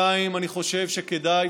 2. אני חושב שכדאי,